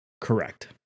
Correct